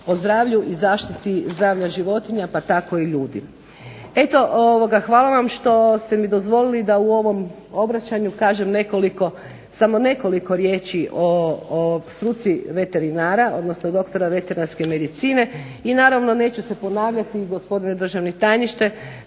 o zdravlju i zaštiti zdravlja životinja pa tako i ljudi. Eto hvala vam što ste mi dozvolili da u ovom obraćanju kažem nekoliko, samo nekoliko riječi o struci veterinara odnosno doktora veterinarske medicine i naravno neću se ponavljati i gospodine državni tajniče.